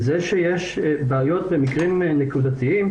זה שיש בעיות במקרים נקודתיים,